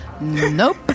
Nope